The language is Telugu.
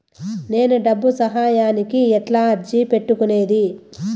నేను డబ్బు సహాయానికి ఎట్లా అర్జీ పెట్టుకునేది?